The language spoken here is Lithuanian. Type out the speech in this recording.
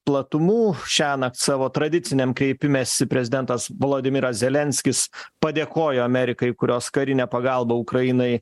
platumų šiąnakt savo tradiciniam kreipimesi prezidentas vladimiras zelenskis padėkojo amerikai kurios karinė pagalba ukrainai